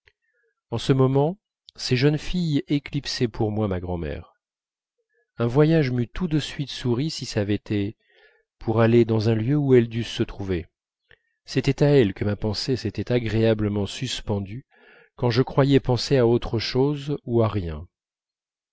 en ce moment ces jeunes filles éclipsaient pour moi ma grand'mère un voyage m'eût tout de suite souri si ç'avait été pour aller dans un lieu où elles dussent se trouver c'était à elles que ma pensée s'était agréablement suspendue quand je croyais penser à autre chose ou à rien